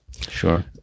Sure